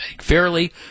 Fairly